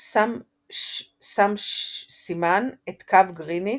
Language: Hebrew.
שם סימן את קו גריניץ',